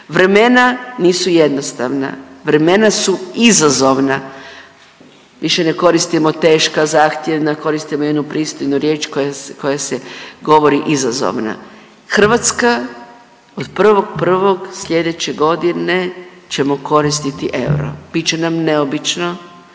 Vremena nisu jednostavna, vremena su izazovna, više ne koristimo teška, zahtjevna, koristimo jednu pristojnu riječ koja se govori izazovna. Hrvatska od 1.1. slijedeće godine ćemo koristiti euro, bit će nam neobično,